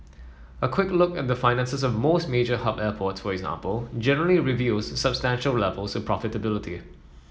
a quick look at the finances of most major hub airports for example generally reveals substantial levels of profitability